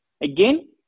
again